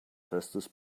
festes